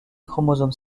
chromosomes